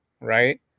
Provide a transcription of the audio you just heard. right